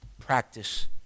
practice